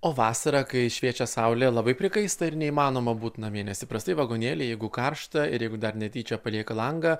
o vasarą kai šviečia saulė labai prikaista ir neįmanoma būt namie nes įprastai vagonėliai jeigu karšta ir jeigu dar netyčia palieka langą